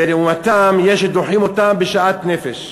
ולעומתם יש שדוחים אותם בשאט-נפש,